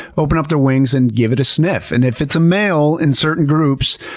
open up their wings and give it a sniff. and if it's a male in certain groups,